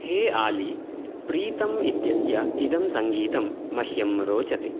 हे आली प्रीतम् इत्यस्य इदं सङ्गीतं मह्यं रोचते